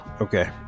Okay